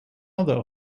other